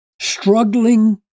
struggling